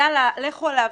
יאללה לכו עליו".